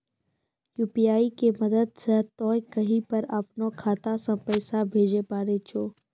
UPI के मदद से तोय कहीं पर अपनो खाता से पैसे भेजै पारै छौ